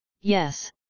yes